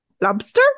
lobster